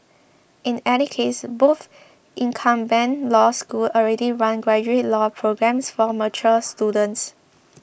in any case both incumbent law schools already run graduate law programmes for mature students